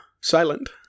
silent